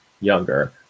younger